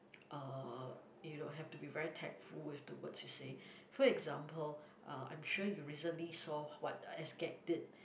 uh you know have to be very tactful with the words you say for example uh I'm sure you recently saw what S-gag did